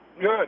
good